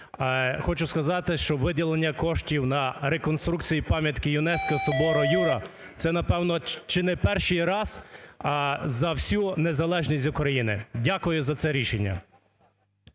Хочу сказати. Що виділення коштів на реконструкцію пам'ятки ЮНЕСКО Собору Юра – це, напевно, чи не перший раз за всю незалежність України. Дякую за це рішення.